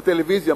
בטלוויזיה,